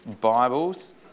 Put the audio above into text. Bibles